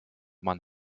man